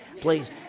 please